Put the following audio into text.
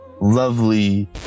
lovely